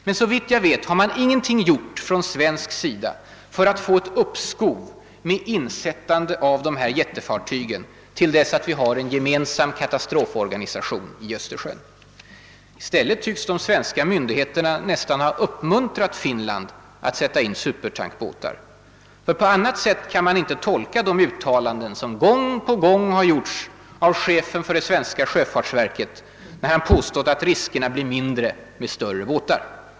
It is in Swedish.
Men såvitt jag vet har man ingenting gjort från svensk sida för att få ett uppskov med insättande av de här jättefartygen till dess att vi har en gemensam katastroforganisation i Östersjön. I stället tycks de svenska myndigheterna nästan ha uppmuntrat Finland att sätta in supertankbåtar. På annat sätt kan man inte tolka de uttalanden som gång på gång har gjorts av chefen för det svenska sjöfartsverket när han har påstått att riskerna blir mindre med större båtar.